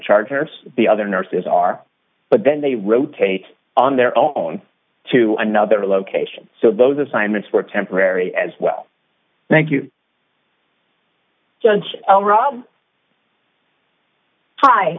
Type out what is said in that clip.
chargers the other nurses are but then they rotate on their own to another location so those assignments were temporary as well thank you judge robb hi